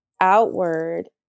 outward